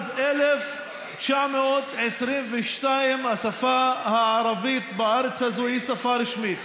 מאז 1922 השפה הערבית בארץ הזו היא שפה רשמית.